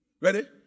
Ready